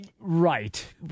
Right